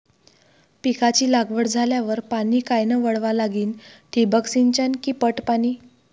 पिकाची लागवड झाल्यावर पाणी कायनं वळवा लागीन? ठिबक सिंचन की पट पाणी?